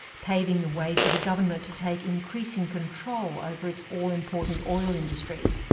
paving the way for the government to take increasing control over its all-important oil industry.